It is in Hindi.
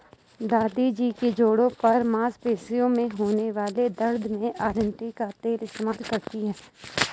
दादी जी जोड़ों और मांसपेशियों में होने वाले दर्द में अरंडी का तेल इस्तेमाल करती थीं